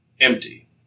Empty